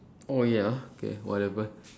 oh ya okay whatever